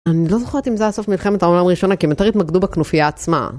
אני לא זוכרת אם זה היה סוף מלחמת העולם הראשונה, כי הם יותר התמקדו בכנופיה עצמה.